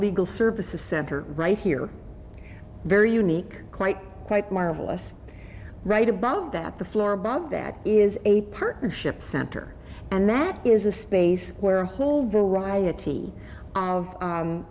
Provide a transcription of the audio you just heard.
legal services center right here very unique quite quite marvelous right above that the floor above that is a partnership center and that is a space where a whole variety of